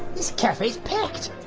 this cafe is packed!